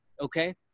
Okay